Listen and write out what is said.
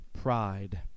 pride